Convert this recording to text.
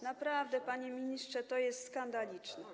Naprawdę, panie ministrze, to jest skandaliczne.